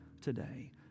today